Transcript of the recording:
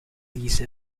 these